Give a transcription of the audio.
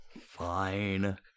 Fine